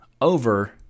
over